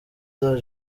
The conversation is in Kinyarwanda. and